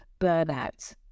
burnout